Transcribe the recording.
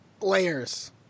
Layers